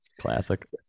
Classic